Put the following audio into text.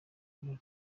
birori